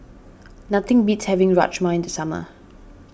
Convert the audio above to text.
nothing beats having Rajma in the summer